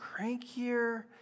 crankier